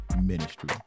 ministry